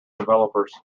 developers